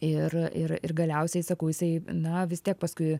ir ir ir galiausiai sakau jisai na vis tiek paskui